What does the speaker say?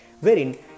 wherein